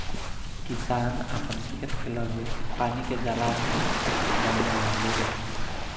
किसान आपन खेत के लगे पानी के जलाशय बनवे लालो